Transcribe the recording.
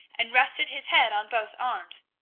and rested his head on both arms,